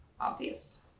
obvious